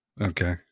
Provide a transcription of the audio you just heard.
Okay